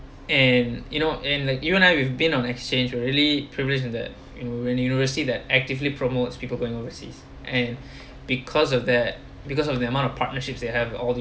and you know and like you know now we've been on exchange will really privilege on that you know when university that actively promotes people going overseas and because of that because of the amount of partnerships they have all the